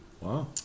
Wow